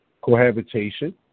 cohabitation